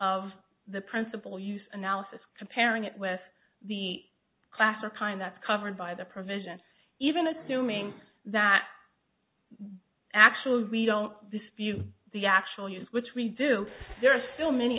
of the principle use analysis comparing it with the class or kind that's covered by the provision even assuming that actually we don't dispute the actual use which we do there are still many